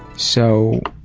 so,